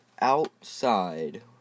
Outside